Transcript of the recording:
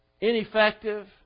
ineffective